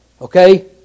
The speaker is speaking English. Okay